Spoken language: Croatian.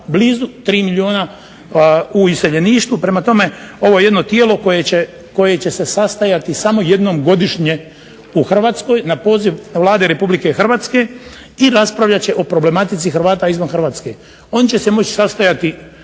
3 milijuna u iseljeništvu. Prema tome, ovo jedno tijelo koje će se sastajati samo jednom godišnje u Hrvatskoj na poziv Vlade RH i raspravljat će o problematici Hrvata izvan Hrvatske. Oni će se moći sastajati